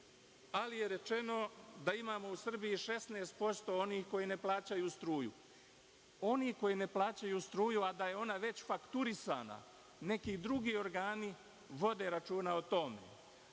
ali je rečeno da imamo u Srbiji 16% onih koji ne plaćaju struku. Oni koji ne plaćaju struju, a da je ona već fakturisana, neki drugi organi vode računa o tome.